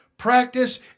practice